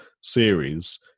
series